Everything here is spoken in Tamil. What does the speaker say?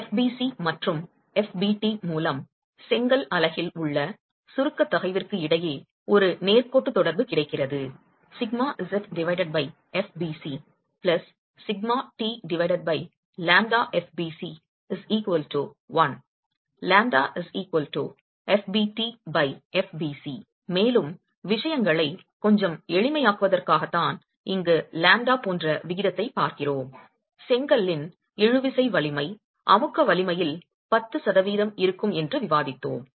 எனவே fbc மற்றும் fbt மூலம் செங்கல் அலகில் உள்ள சுருக்க தகைவிற்கு இடையே ஒரு நேர்கோட்டு தொடர்பு கிடைக்கிறது மேலும் விஷயங்களை கொஞ்சம் எளிமையாக்குவதற்காகத்தான் இங்கு லாம்ப்டா போன்ற விகிதத்தைப் பார்க்கிறோம் செங்கலின் இழுவிசை வலிமை அமுக்க வலிமையில் பத்து சதவிகிதம் இருக்கும் என்று விவாதித்தோம்